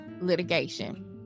litigation